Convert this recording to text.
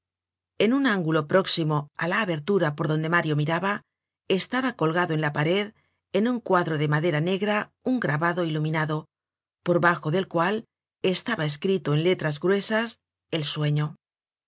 en un ángulo próximo á la abertura por donde mario miraba estaba colgado en la pared en un cuadro de madera negra un grabado iluminado por bajo del cual estaba escrito en letras gruesas el sueño